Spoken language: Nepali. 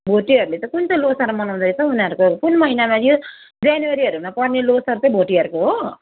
भोटेहरूले चाहिँ कुन चाहिँ लोसार मनाउँदैछ उनीहरूको कुन महिनामा यो जनवरीहरूमा पर्ने लोसार चाहिँ भोटेहरूको हो